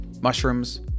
mushrooms